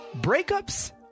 Breakups